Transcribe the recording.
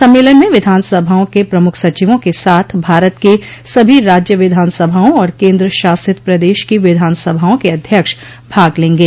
सम्मेलन में विधान सभाओं के प्रमुख सचिवा के साथ भारत के सभी राज्य विधान सभाओं और केन्द्र शासित प्रदेश की विधान सभाओं के अध्यक्ष भाग लेंगे